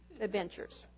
adventures